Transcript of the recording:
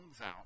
out